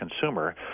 consumer